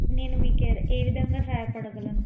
నేను మీకు ఏ విధంగా సహాయపడగలను